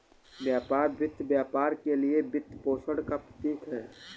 व्यापार वित्त व्यापार के लिए वित्तपोषण का प्रतीक है